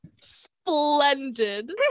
splendid